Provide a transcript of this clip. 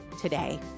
today